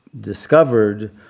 discovered